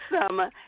summer